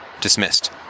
dismissed